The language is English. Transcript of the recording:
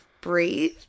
Breathe